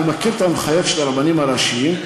אני מכיר את ההנחיות של הרבנים הראשיים,